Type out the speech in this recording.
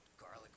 garlic